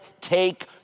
take